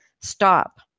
stop